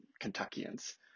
Kentuckians